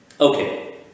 Okay